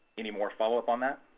any more follow up on that?